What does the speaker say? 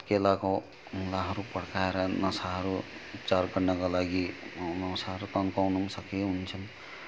हत्केलाको अम्लाहरू पड्काएर नसाहरू चार्ज गर्नका लागि नसाहरू तन्काउनु पनि सकियो हुन्छन्